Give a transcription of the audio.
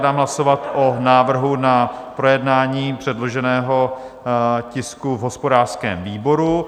Dám hlasovat o návrhu na projednání předloženého tisku v hospodářském výboru.